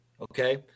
okay